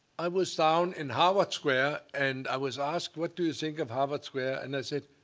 i was down in harvard square, and i was asked, what do you think of harvard square? and i said,